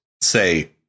say